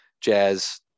Jazz